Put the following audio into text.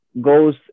goes